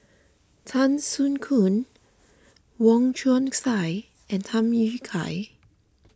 Tan Soo Khoon Wong Chong Sai and Tham Yui Kai